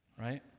right